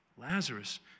Lazarus